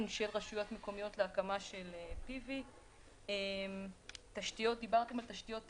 של רשויות מקומיות להקמה של PV. דיברתם על תשתיות טעינה,